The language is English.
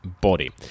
body